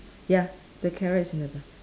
ya the carrot is in the ba~